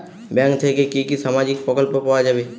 Bank থেকে কি কি সামাজিক প্রকল্প পাওয়া যাবে?